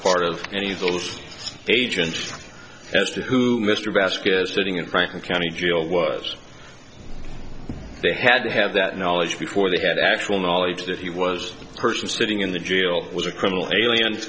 part of any of those agents as to who mr basket sitting in franklin county jail was they had to have that knowledge before they had actual knowledge that he was a person sitting in the jail was a criminal aliens